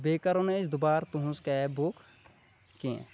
بیٚیہِ کَرو نہٕ أسۍ دُبارٕ تُہٕنٛز کیب بُک کینٛہہ